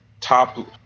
top